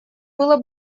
было